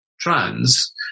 trans